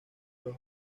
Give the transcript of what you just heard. los